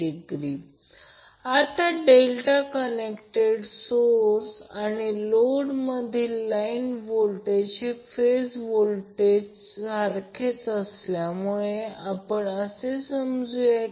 कारण तो line current आहे आणि मग तो ∆ कनेक्टेड लोड आहे तर लाईन करंट √3फेज करंट जे आपण केले आहे आणि IL √ 3 I p